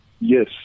Yes